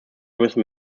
müssen